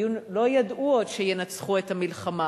עוד לא ידעו שינצחו במלחמה.